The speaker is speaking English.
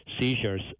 seizures